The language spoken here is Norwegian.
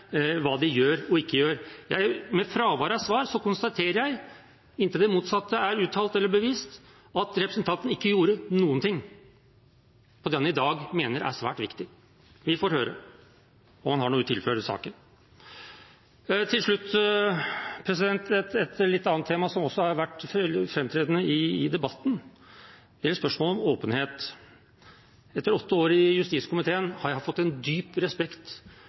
hva de gjør og ikke gjør. Med fravær av svar konstaterer jeg, inntil det motsatte er uttalt eller bevist, at representanten ikke gjorde noen ting med det han i dag mener er svært viktig. Vi får høre om han har noe å tilføre saken. Til slutt et litt annet tema som også har vært framtredende i debatten. Det gjelder spørsmålet om åpenhet. Etter åtte år i justiskomiteen har jeg fått en dyp respekt